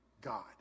God